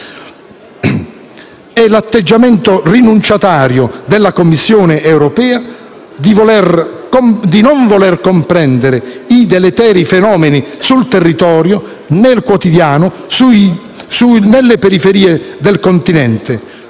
L'atteggiamento rinunciatario della Commissione europea di non voler comprendere i deleteri fenomeni nel quotidiano, sul territorio, nelle periferie del continente,